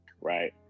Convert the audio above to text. right